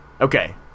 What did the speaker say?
Okay